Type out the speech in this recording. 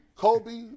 Kobe